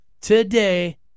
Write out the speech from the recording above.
Today